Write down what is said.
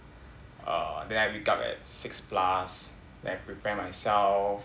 uh then I wake up at six plus then I prepare myself